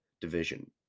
division